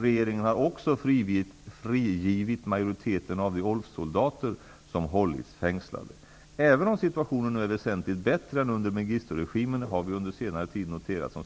Regeringen har också frigivit majoriteten av de Även om situatioanen nu är väsentligt bättre än under Mengisturegimen har vi under senare tid noterat